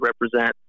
represent